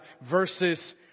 verses